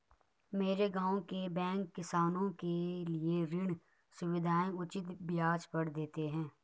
मेरे गांव के बैंक किसानों के लिए ऋण सुविधाएं उचित ब्याज पर देते हैं